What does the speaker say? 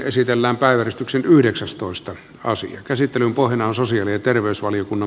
käsittelyn pohjana on sosiaali ja terveysvaliokunnan mietintö